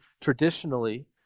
traditionally